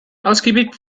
ausgiebig